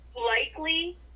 likely